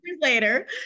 Later